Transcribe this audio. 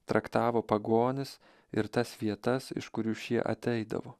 traktavo pagonis ir tas vietas iš kurių šie ateidavo